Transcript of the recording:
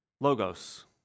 Logos